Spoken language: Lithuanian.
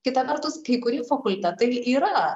kita vertus kai kurie fakultetai yra